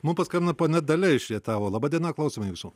mum paskambino ponia dalia iš rietavo laba diena klausome jūsų